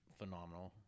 phenomenal